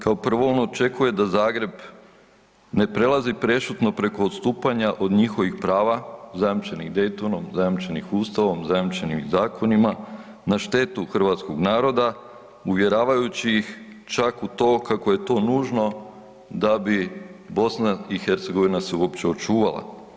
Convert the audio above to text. Kao prvo on očekuje da Zagreb ne prelazi prešutno preko odstupanja od njihovih prava zajamčenih Daytonom, zajamčenih ustavom, zajamčenih zakonima na štetu hrvatskog naroda uvjeravajući ih čak u to kako je to nužno da bi BiH se uopće očuvala.